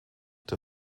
der